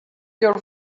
your